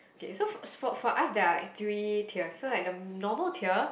okay so for for us they are tertiary tier so like the normal tier